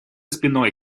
спиной